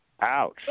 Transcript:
Ouch